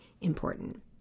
important